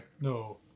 no